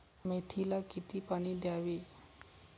मेथीला किती पाणी द्यावे?